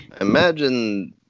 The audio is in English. imagine